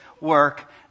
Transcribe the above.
work